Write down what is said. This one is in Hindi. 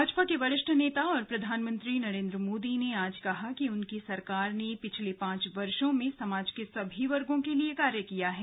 भाजपा के वरिष्ठ नेता और प्रधानमंत्री नरेन्द्र मोदी ने आज कहा कि उनकी सरकार ने पिछले पांच वर्षो में समाज के सभी वर्गो के लिए कार्य किया है